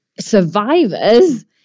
survivors